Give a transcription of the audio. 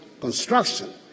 Construction